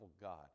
god